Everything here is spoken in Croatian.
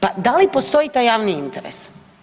Pa da li postoji taj javni interes?